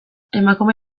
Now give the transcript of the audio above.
emakume